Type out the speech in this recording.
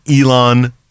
elon